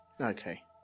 okay